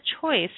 choice